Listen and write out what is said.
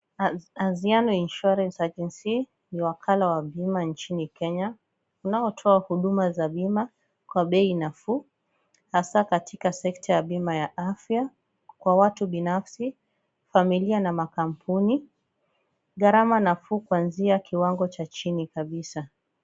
Aziano Insurance Agency , ni wakala wa bima nchini Kenya, unaotoa huduma za bima kwa bei nafuu hasaa katika sekta ya bima ya afya kwa watu binafsi, familia na makampuni. Gharama nafuu kuanzia kiwango cha chini kabisa.